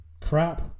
crap